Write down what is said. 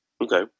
okay